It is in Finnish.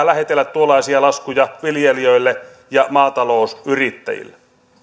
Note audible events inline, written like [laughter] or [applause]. [unintelligible] lähetellä tuollaisia laskuja viljelijöille ja maatalousyrittäjille